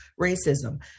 racism